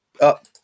up